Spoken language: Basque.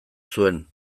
zuen